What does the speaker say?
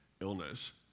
illness